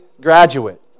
graduate